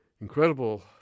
incredible